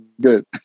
good